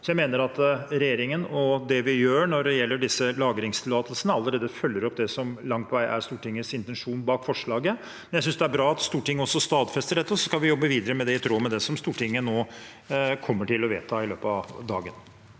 jeg mener at det regjeringen gjør når det gjelder disse lagringstillatelsene, allerede langt på vei følger opp det som er Stortingets intensjon bak forslaget. Men jeg synes det er bra at Stortinget også stadfester dette, og så skal vi jobbe videre med det i tråd med det Stortinget nå kommer til å vedta i løpet av dagen.